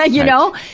ah you know.